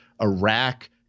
Iraq